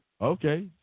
Okay